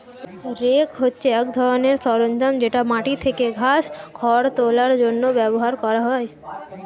rake হচ্ছে এক ধরনের সরঞ্জাম যেটা মাটি থেকে ঘাস, খড় তোলার জন্য ব্যবহার করা হয়